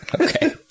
Okay